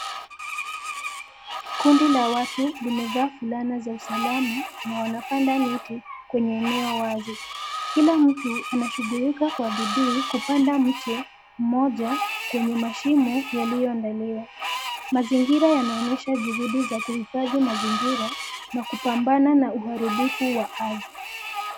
Kundi la watu limevaa fulana za usalama na wanapanda miti kwenye eneo wazi. Kila mtu anashughulika kwa bidii kupanda mche mmoja kwenye mashimo yaliyo andaliwa. Mazingira yanaonesha juhudi za kuhifadhi mazingira na kupambana na uharibifu wa ardhi.